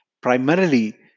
Primarily